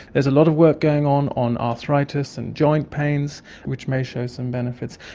there's a lot of work going on on arthritis and joint pains which may show some benefits.